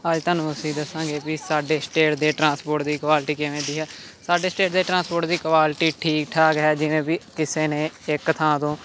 ਅੱਜ ਤੁਹਾਨੂੰ ਅਸੀਂ ਦੱਸਾਂਗੇ ਵੀ ਸਾਡੇ ਸਟੇਟ ਦੀ ਟਰਾਂਸਪੋਰਟ ਦੀ ਕੁਆਲਿਟੀ ਕਿਵੇਂ ਦੀ ਹੈ ਸਾਡੇ ਸਟੇਟ ਦੇ ਟਰਾਂਸਪੋਰਟ ਦੀ ਕੁਆਲਿਟੀ ਠੀਕ ਠਾਕ ਹੈ ਜਿਵੇਂ ਵੀ ਕਿਸੇ ਨੇ ਇੱਕ ਥਾਂ ਤੋਂ